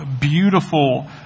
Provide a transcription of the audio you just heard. beautiful